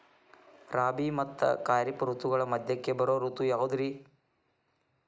ರಾಬಿ ಮತ್ತ ಖಾರಿಫ್ ಋತುಗಳ ಮಧ್ಯಕ್ಕ ಬರೋ ಋತು ಯಾವುದ್ರೇ?